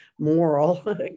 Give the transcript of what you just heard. moral